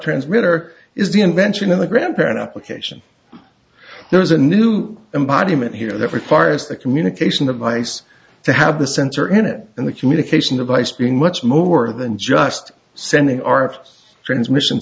transmitter is the invention of the grandparent application there is a new embodiment here that requires the communication device to have the sensor in it and the communication device being much more than just sending our transmission